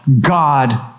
God